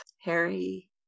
Harry